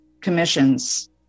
commissions